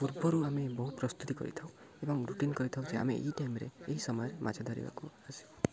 ପୂର୍ବରୁ ଆମେ ବହୁତ ପ୍ରସ୍ତୁତି କରିଥାଉ ଏବଂ ରୁଟିନ କରିଥାଉ ଯେ ଆମେ ଏଇ ଟାଇମରେ ଏଇ ସମୟରେ ମାଛ ଧରିବାକୁ ଆସୁ